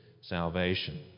salvation